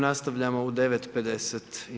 Nastavljamo u 9,50.